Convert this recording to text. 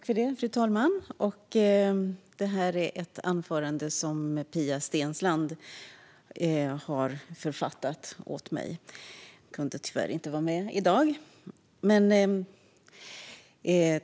Fru talman! Detta anförande har Pia Steensland författat åt mig. Hon kunde tyvärr inte vara med i dag.